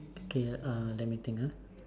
okay uh let me think ah